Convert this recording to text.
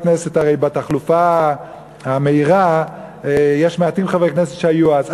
בתחלופה המהירה יש חברי כנסת מעטים שהיו אז.